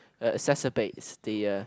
uh exacerbates the uh